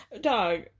dog